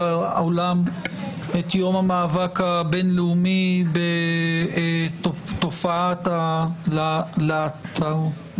העולם את יום המאבק הבין-לאומי בתופעת הלהט"בופוביה,